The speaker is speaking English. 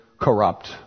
corrupt